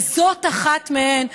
וזאת אחת מהן,